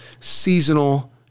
seasonal